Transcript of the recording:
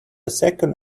second